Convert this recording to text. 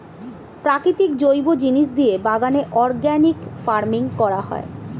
প্রাকৃতিক জৈব জিনিস দিয়ে বাগানে অর্গানিক ফার্মিং করা হয়